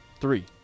Three